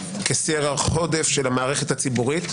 כסרח עודף של המערכת הציבורית,